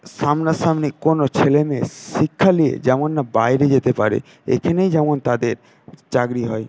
সামনাসামনি কোন ছেলেমেয়ে শিক্ষা নিয়ে যেন না বাইরে যেতে পারে এখানেই যেন তাদের চাকরি হয়